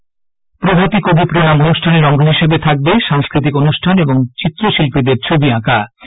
সেখানে প্রভাতি কবি প্রনাম অনুষ্ঠানের অঙ্গ হিসেবে থাকবে সাংস্কৃতিক অনুষ্ঠান ও চিত্র শিল্পীদের ছবি আঁকা অনুষ্ঠান